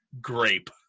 grape